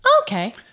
Okay